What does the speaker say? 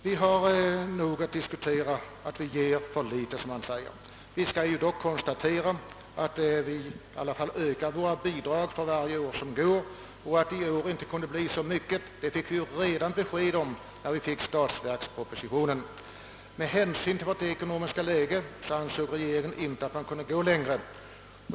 Man säger att vi ger för litet. Vi skall dock konstatera att vi ökar våra bidrag för varje år som går. Att det i år inte kunde bli så mycket fick vi bestämt besked om redan när statsverkspropositionen framlades. Med hänsyn till vårt ekonomiska läge ansåg regeringen inte att man kunde gå längre.